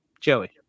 Joey